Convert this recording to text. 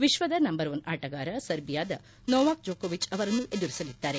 ವಿಶ್ವದ number one ಆಟಗಾರ ಸರ್ಬಿಯಾದ ನೊವಾಕ್ ಜೊಕೊವಿಚ್ ಅವರನ್ನು ಎದುರಿಸಲಿದ್ದಾರೆ